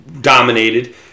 dominated